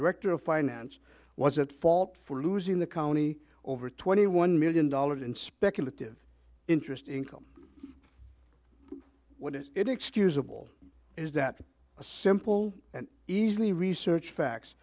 director of finance was at fault for losing the county over twenty one million dollars in speculative interest income what is it excusable is that a simple and easily research facts